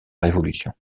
révolution